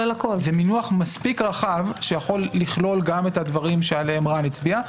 מינוח מספיק רחב שיכול לכלול גם את הדברים שרן הצביע עליהם.